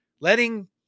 Letting